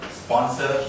sponsor